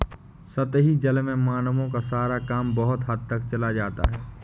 सतही जल से मानवों का सारा काम बहुत हद तक चल जाता है